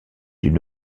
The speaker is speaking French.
une